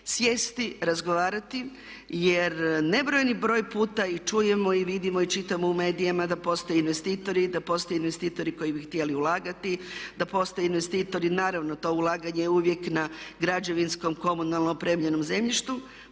sjesti, razgovarati jer nebrojeni broj puta i čujemo i vidimo i čitamo u medijima da postoje investitori, da postoje investitori koji bi htjeli ulagati, da postoje investitori. Naravno to ulaganje je uvijek na građevinskom, komunalno opremljenom zemljištu.